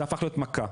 זה הפך להיות מכה,